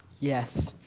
yes,